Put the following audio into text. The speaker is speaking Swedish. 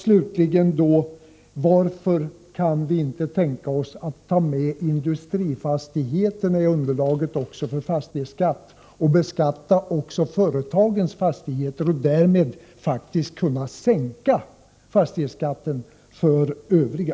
Slutligen: Varför kan bostadsministern inte tänka sig att ta med också industrifastigheterna i underlaget för fastighetsskatten och beskatta även företagens fastigheter? Man skulle ju på det sättet faktiskt kunna sänka fastighetsskatten för övriga.